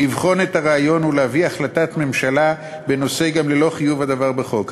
לבחון את הרעיון ולהביא החלטת ממשלה בנושא גם ללא חיוב הדבר בחוק.